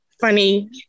funny